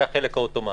זה החלק האוטומטי.